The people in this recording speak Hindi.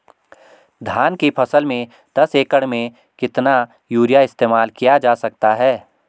धान की फसल में दस एकड़ में कितना यूरिया इस्तेमाल किया जा सकता है?